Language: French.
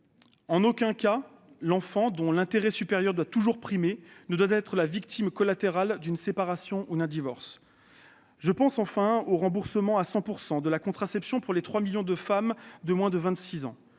En aucun cas l'enfant, dont l'intérêt supérieur doit toujours primer, ne doit être la victime collatérale d'une séparation ou d'un divorce. Je pense, enfin, au remboursement intégral de la contraception pour les 3 millions de femmes de moins de 26 ans.